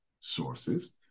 sources